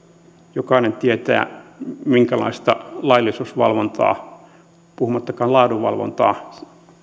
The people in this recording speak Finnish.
jokainen tietää minkälaista laillisuusvalvontaa puhumattakaan laadunvalvonnasta